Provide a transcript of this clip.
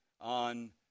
on